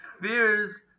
fears